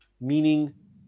meaning